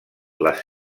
les